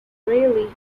rally